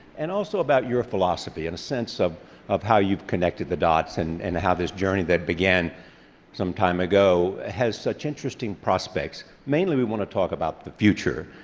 and also about your philosophy and a sense of of how you've connected the dots and and how this journey that began some time ago has such interesting prospects. mainly we want to talk about the future.